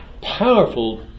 powerful